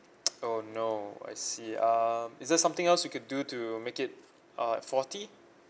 oh no I see uh is there something else you can do to make it uh forty